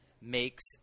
makes